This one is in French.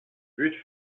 but